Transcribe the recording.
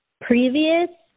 previous